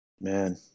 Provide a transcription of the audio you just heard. Man